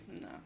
No